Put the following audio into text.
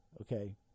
Okay